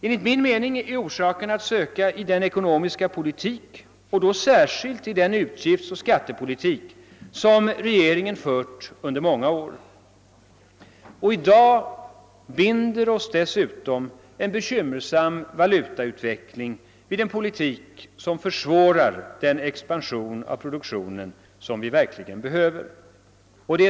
Enligt min mening är orsaken att söka i den ekonomiska politik, särskilt den utgiftsoch skattepolitik, som regeringen fört under många år. I dag binder oss dessutom en bekymmersam valutautveckling vid en politik som försvårar den expansion av produktionen som vi verkligen behöver.